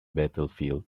battlefield